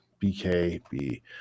BKB